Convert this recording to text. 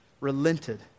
relented